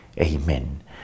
Amen